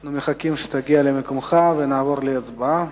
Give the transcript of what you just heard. אנחנו מחכים שתגיע למקומך ונעבור להצבעה.